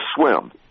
swim